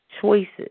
choices